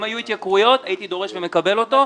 אם היו התייקרויות הייתי דורש ומקבל אותו.